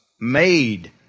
made